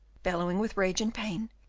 bellowing with rage and pain,